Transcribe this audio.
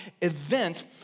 event